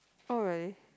oh really